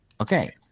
Okay